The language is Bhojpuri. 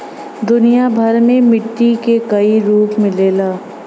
दुनिया भर में मट्टी के कई रूप मिलला